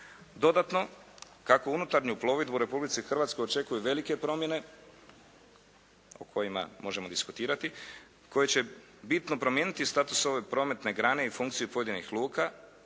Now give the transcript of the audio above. Dodatno, kako unutarnju plovidbu u Republici Hrvatskoj očekuju velike promjene o kojima možemo diskutirati, koje će bitno promijeniti status ove prometne grane i funkciju pojedinih luka,